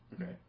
Okay